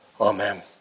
Amen